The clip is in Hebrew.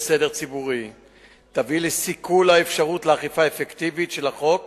סדר ציבורי תביא לסיכול האפשרות לאכיפה אפקטיבית של החוק